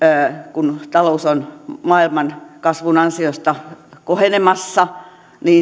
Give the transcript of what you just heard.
kun talous on maailman kasvun ansiosta kohenemassa